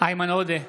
איימן עודה,